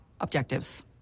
objectives